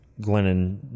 glennon